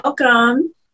Welcome